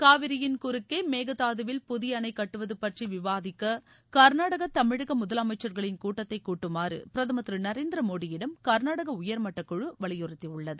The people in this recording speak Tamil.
காவிரியின் குறுக்கே மேகதாதுவில் புதிய அணை கட்டுவது பற்றி விவாதிக்க கர்நாடக தமிழக முதலமைச்சர்களின் கூட்டத்தை கூட்டுமாறு பிரதமர் திரு நரேந்திர மோடியிடம் கள்நாடக உயர்மட்டக் குழு வலியுறுத்தியுள்ளது